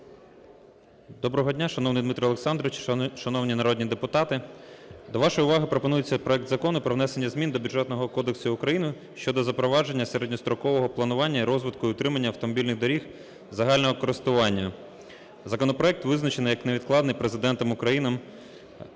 Доброго дня, шановний Дмитро Олександрович, шановні народні депутати! До вашої уваги пропонується проект Закону про внесення змін до Бюджетного кодексу України щодо запровадження середньострокового планування розвитку і утримання автомобільних доріг загального користування. Законопроект визначений як невідкладний Президентом України.